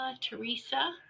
Teresa